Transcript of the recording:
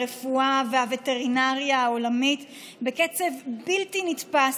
הרפואה והווטרינריה העולמית בקצב בלתי נתפס,